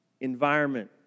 Environment